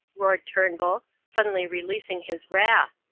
roared turnbull, suddenly releasing his wrath.